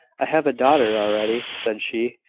i have a daughter already, said she,